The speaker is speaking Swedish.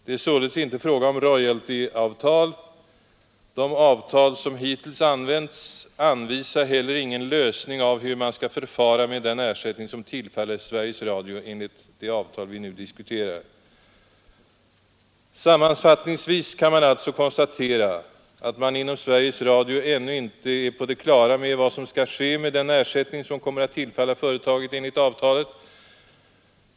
Det är således inte fråga om royaltyavtal. De avtal som hittills använts anvisar heller ingen lösning av hur man skall förfara med den ersättning som tillfaller Sveriges Radio enligt det avtal vi nu diskuterar. Sammanfattningsvis kan alltså konstateras att man inom Sveriges Radio ännu inte är på det klara med vad som skall ske med den ersättning som kommer att tillfalla företaget enligt avtalet.